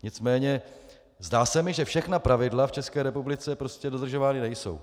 Nicméně zdá se mi, že všechna pravidla v České republice prostě dodržována nejsou.